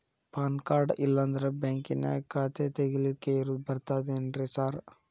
PAN card ಇಲ್ಲಂದ್ರ ಬ್ಯಾಂಕಿನ್ಯಾಗ ಖಾತೆ ತೆಗೆಲಿಕ್ಕಿ ಬರ್ತಾದೇನ್ರಿ ಸಾರ್?